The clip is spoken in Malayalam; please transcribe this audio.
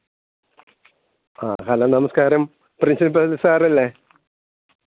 ആ ഹലോ നമസ്കാരം പ്രിൻസിപ്പൾ സാറല്ലേ